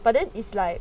but then is like